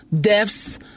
deaths